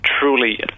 truly